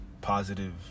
Positive